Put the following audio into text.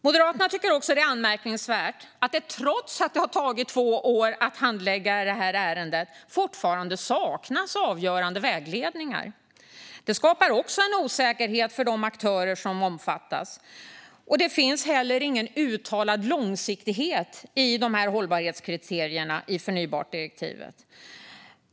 Moderaterna tycker också att det är anmärkningsvärt att det, trots att det tagit två år att handlägga ärendet, fortfarande saknas avgörande vägledningar. Det skapar en osäkerhet för de aktörer som omfattas. Det finns heller ingen uttalad långsiktighet i hållbarhetskriterierna i förnybartdirektivet.